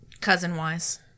Cousin-wise